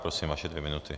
Prosím, vaše dvě minuty.